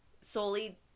solely